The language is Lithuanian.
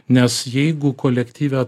nes jeigu kolektyve